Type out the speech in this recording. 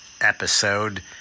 episode